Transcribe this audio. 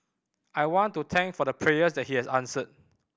I want to thank for the prayers that he has answered